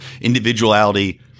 individuality